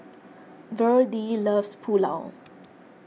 Virdie loves Pulao